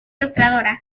ilustradora